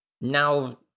Now